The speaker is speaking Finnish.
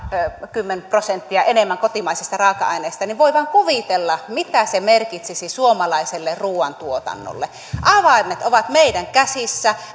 kymmenen prosenttia enemmän kotimaisista raaka aineista niin voi vain kuvitella mitä se merkitsisi suomalaiselle ruuantuotannolle avaimet ovat meidän käsissämme